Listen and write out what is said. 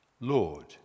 Lord